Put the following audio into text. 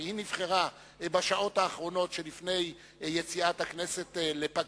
והיא נבחרה בשעות האחרונות שלפני יציאת הכנסת לפגרה,